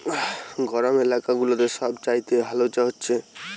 গরম এলাকা গুলাতে সব চাইতে ভালো চাষ হচ্ছে